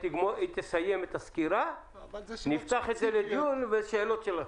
היא תסיים את הסקירה ואז נפתח את הדיון ונשמע שאלות.